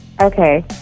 Okay